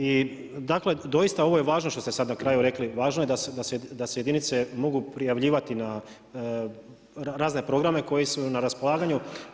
I dakle, doista ovo je važno što ste sada na kraju rekli, važno je da se jedinice mogu prijavljivati na razne programe koji su joj na raspolaganju.